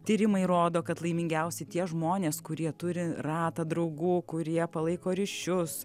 tyrimai rodo kad laimingiausi tie žmonės kurie turi ratą draugų kurie palaiko ryšius